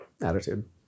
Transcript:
attitude